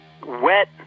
wet